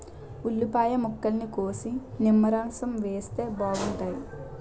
ఉల్లిపాయ ముక్కల్ని కోసి నిమ్మరసం వేస్తే బాగుంటాయి